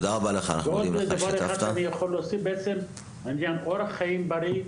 דבר נוסף הוא אורח חיים בריא.